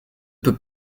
peut